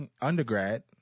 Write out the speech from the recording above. undergrad